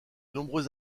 nombreux